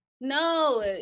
No